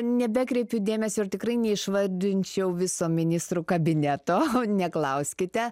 nebekreipiu dėmesio ir tikrai neišvardinčiau viso ministrų kabineto neklauskite